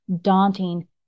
daunting